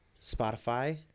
spotify